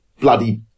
bloody